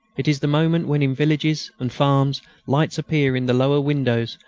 it is the moment when in villages and farms lights appear in the lower windows,